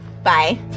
Bye